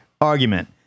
argument